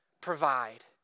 Provide